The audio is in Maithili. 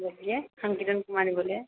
बोलिए हम किरण कुमारी बोलिए